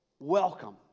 Welcome